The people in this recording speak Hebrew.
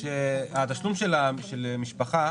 התשלום של משפחה